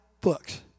books